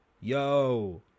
Yo